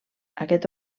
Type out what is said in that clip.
aquest